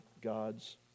God's